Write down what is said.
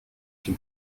can